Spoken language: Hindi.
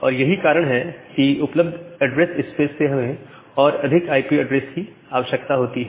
और यही कारण है कि उपलब्ध ऐड्रेस स्पेस से हमें और अधिक आईपी ऐड्रेस की आवश्यकता होती है